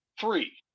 three